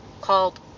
called